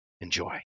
Enjoy